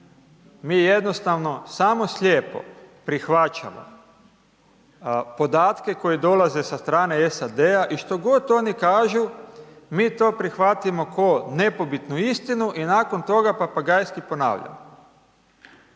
Mi jednostavno samo slijepo prihvaćamo podatke koji dolaze sa strane SAD-a i što god oni kažu mi to prihvatimo ko nepobitnu istinu i nakon toga papagajski ponavljamo.